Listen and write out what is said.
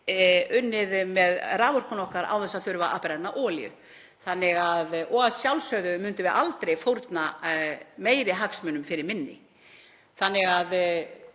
unnið með raforkuna okkar án þess að þurfa að brenna olíu. Og að sjálfsögðu munum við aldrei fórna meiri hagsmunum fyrir minni. En að